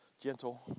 gentle